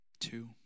two